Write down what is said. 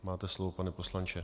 Máte slovo, pane poslanče.